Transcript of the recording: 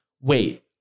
wait